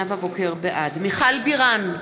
מיכל בירן,